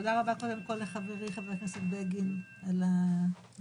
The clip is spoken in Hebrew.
תודה רבה קודם כל לחברי ח"כ בגין על הג'נטלמניות.